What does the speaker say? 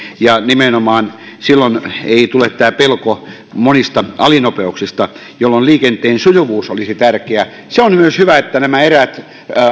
ja nimenomaan silloin ei tule pelko monista alinopeuksista koska liikenteen sujuvuus olisi tärkeää se on myös hyvä että nämä eräät